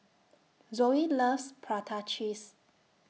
Zoey loves Prata Cheese